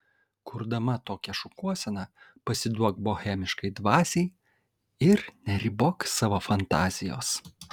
kurdama tokią šukuoseną pasiduok bohemiškai dvasiai ir neribok savo fantazijos